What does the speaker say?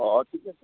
অঁ ঠিক আছে